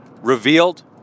revealed